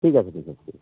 ঠিক আছে ঠিক আছে